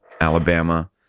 Alabama